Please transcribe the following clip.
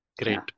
Great